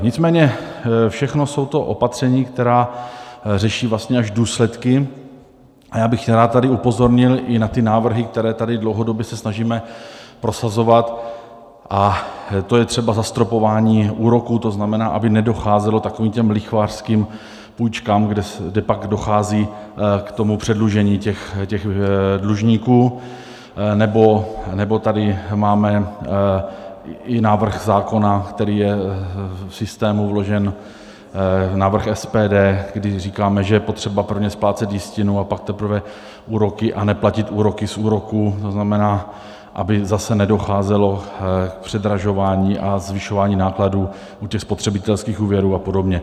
Nicméně všechno jsou to opatření, která řeší vlastně až důsledky, a já bych rád tady upozornil i na ty návrhy, které se tady dlouhodobě snažíme prosazovat, a to je třeba zastropování úroků, to znamená, aby nedocházelo k takovým těm lichvářským půjčkám, kde pak dochází k tomu předlužení dlužníků, nebo tady máme i návrh zákona, který je v systému vložen, návrh SPD, kdy říkáme, že je potřeba prvně splácet jistinu, a pak teprve úroky, a neplatit úroky z úroků, to znamená, aby zase nedocházelo k předražování a zvyšování nákladů u spotřebitelských úvěrů apod.